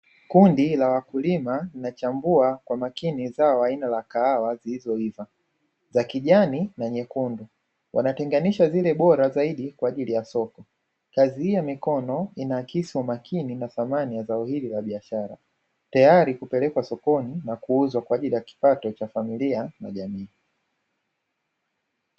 Kundi la wakulima linachambua kwa makini zao aina la kahawa zilizoiva za kijani na nyekundu, wanatenganisha zile bora zaidi kwa ajili ya soko. Kazi hii ya mikono inaakisi umakini na thamani ya zao hilo la biashara, tayari kupelekwa sokoni na kuuzwa kwa ajili ya kipato cha familia na jamii.